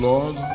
Lord